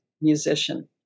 musician